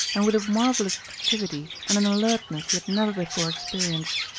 and with a marvelous activity and an alertness he had never before experienced.